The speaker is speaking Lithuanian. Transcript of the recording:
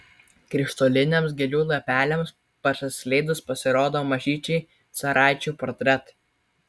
krištoliniams gėlių lapeliams prasiskleidus pasirodo mažyčiai caraičių portretai